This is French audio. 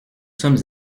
sommes